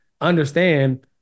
understand